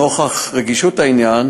נוכח רגישות העניין